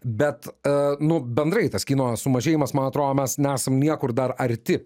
bet nu bendrai tas kino sumažėjimas man atrodo mes nesam niekur dar arti